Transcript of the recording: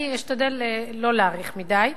אני אשתדל לא להאריך מדי,